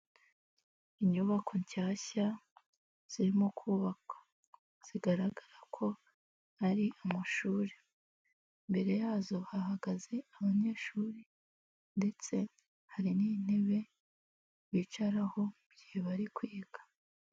Inyubako nshyashya zirimo kubakwa zigaragara ko ari amashuri, imbere yazo hahagaze abanyeshuri ndetse hari n'intebe bicaraho mu gihe bari kwiga.